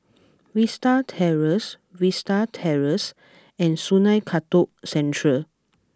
Vista Terrace Vista Terrace and Sungei Kadut Central